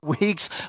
weeks